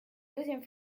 deuxième